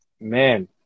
man